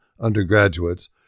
undergraduates